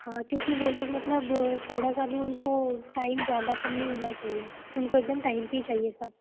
हाँ क्योंकि वो लोग मतलब थोड़ा सा भी उनको टाइम ज़्यादा कम नहीं होना चाहिए उनको एकदम टाइम पे ही चाहिए सब